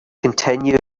continue